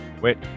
Wait